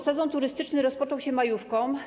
Sezon turystyczny rozpoczął się majówką.